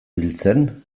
biltzen